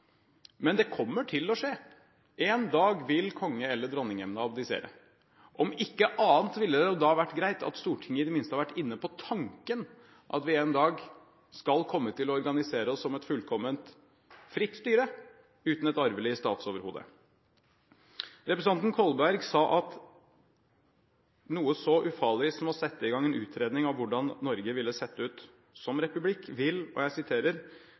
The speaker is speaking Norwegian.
Men det kommer til å skje. Én dag vil konge- eller dronningemnet abdisere. Om ikke annet ville det da ha vært greit om Stortinget i det minste hadde vært inne på tanken at vi en dag skal komme til å organisere oss som et fullkomment, fritt styre, uten et arvelig statsoverhode. Representanten Kolberg sa at noe så ufarlig som å sette i gang en utredning av hvordan Norge ville sett ut som republikk, vil «destabilisere veldig mye av vår demokratiske forståelse». Jeg